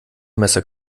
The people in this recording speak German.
messer